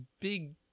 big